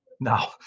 Now